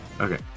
Okay